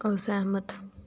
ਅਸਹਿਮਤ